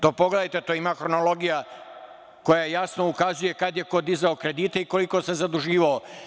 To pogledajte, ima hronologija koja jasno ukazuje kada je ko dizao kredite i koliko se zaduživao.